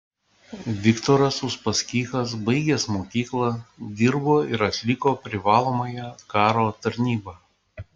viktoras uspaskichas baigęs mokyklą dirbo ir atliko privalomąją karo tarnybą